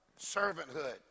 servanthood